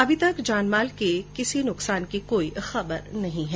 अभी तक जानमाल के किसी नुकसान की खबर नहीं है